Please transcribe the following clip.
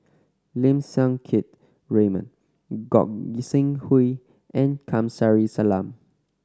Lim Siang Keat Raymond Gog Sing Hooi and Kamsari Salam